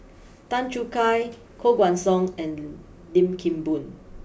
Tan Choo Kai Koh Guan Song and Lim Kim Boon